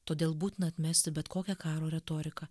todėl būtina atmesti bet kokią karo retoriką